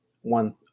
one